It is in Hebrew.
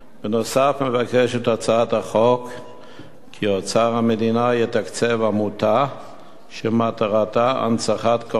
מבקשת הצעת החוק כי אוצר המדינה יתקצב עמותה שמטרתה הנצחת קורבנות הטבח.